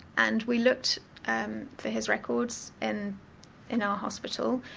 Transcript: and we looked for his records and in our hospital,